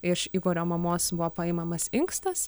iš igorio mamos buvo paimamas inkstas